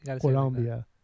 Colombia